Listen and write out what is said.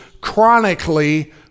chronically